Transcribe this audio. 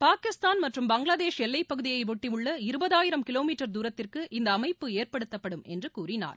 பாகிஸ்தான் மற்றும் பங்களாதேஷ் எல்லைப் பகுதியை ஒட்டியுள்ள இருபதாயிரம் கிலோ மீட்டர் துரத்திற்கு இந்த அமைப்பு ஏற்படுத்தப்படும் என்று கூறினார்